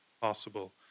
possible